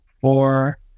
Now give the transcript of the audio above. four